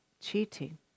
cheating